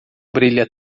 brilha